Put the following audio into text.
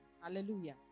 Hallelujah